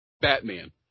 Batman